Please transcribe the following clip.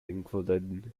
included